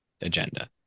agenda